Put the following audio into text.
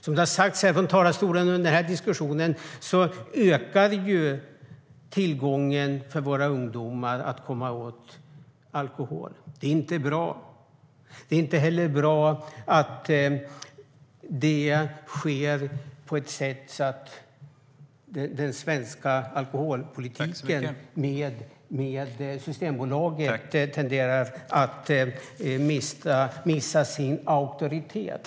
Som har sagts här från talarstolen under denna diskussion ökar tillgången på alkohol för våra ungdomar. Det är inte bra. Det är heller inte bra att det sker på ett sätt som gör att den svenska alkoholpolitiken med Systembolaget mister sin auktoritet.